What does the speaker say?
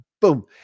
boom